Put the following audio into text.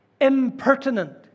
impertinent